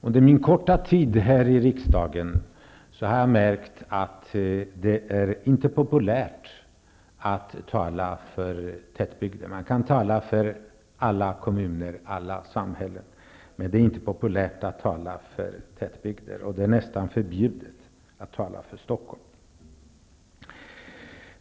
Under min korta tid här i riksdagen har jag märkt att det inte är populärt att tala för tätbygder. Man kan tala för alla kommuner och alla samhällen, men det är inte populärt att tala för tätbygder, och det är nästan förbjudet att tala för Stockholm.